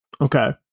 Okay